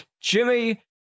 Jimmy